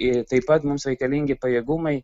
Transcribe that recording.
ir taip pat mums reikalingi pajėgumai